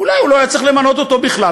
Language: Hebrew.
אולי הוא לא היה צריך למנות אותו בכלל,